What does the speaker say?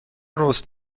رست